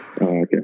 okay